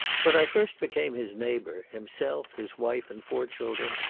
when i first became his neighbour, himself, his wife, and four children,